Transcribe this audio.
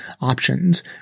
options